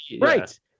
Right